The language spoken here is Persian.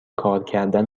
کارکردن